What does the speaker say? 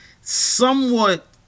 somewhat